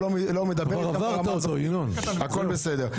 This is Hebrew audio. הכול בסדר.